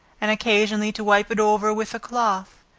and occasionally to wipe it over, with a cloth,